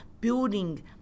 building